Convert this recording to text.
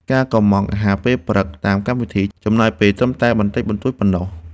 ការកុម្ម៉ង់អាហារពេលព្រឹកតាមកម្មវិធី ចំណាយពេលត្រឹមតែបន្តិចបន្តួចប៉ុណ្ណោះ។